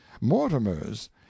Mortimer's